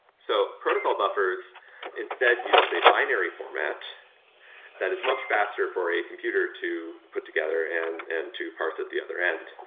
so protocol buffers instead uses a binary format that is much faster for a computer to put together and and to parse at the other end.